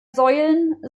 säulen